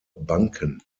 banken